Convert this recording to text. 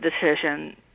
decision